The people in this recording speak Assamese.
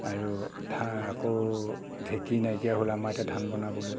আৰু ঢা আকৌ ঢেঁকী নাইকিয়া হ'ল আমাৰ এতিয়া ধান বনাবলৈ